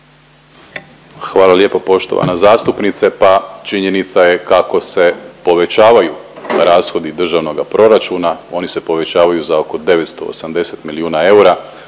Hvala lijepo poštovana zastupnice. Pa činjenica je kako se povećavaju rashodi državnoga proračuna, oni se povećavaju za oko 980 milijuna eura,